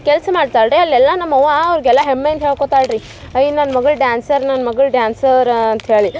ಕೆಲಸ ಮಾಡ್ತಾಳೆ ರೀ ಅಲೆಲ್ಲ ನಮ್ಮವ್ವಾ ಅವ್ರ್ಗೆಲ್ಲ ಹೆಮ್ಮೆಯಿಂದ್ ಹೇಳ್ಕೊತಾಳೆ ರೀ ಅಯ್ ನನ್ನ ಮಗ್ಳು ಡ್ಯಾನ್ಸರ್ ನನ್ನ ಮಗ್ಳು ಡ್ಯಾನ್ಸರ ಅಂತೇಳಿ